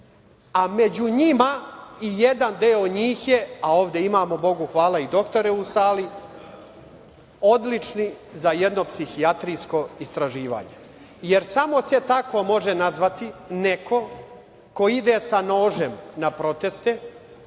a među njima i jedan deo njih, a ovde imamo Bogu hvala i doktore u sali, odlični za jedno psihijatrijsko istraživanje, jer samo se tako može nazvati neko ko ide sa nožem na proteste,